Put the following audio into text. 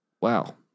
Wow